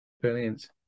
Brilliant